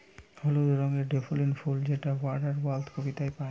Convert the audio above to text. হলুদ রঙের ডেফোডিল ফুল যেটা ওয়ার্ডস ওয়ার্থের কবিতায় পাই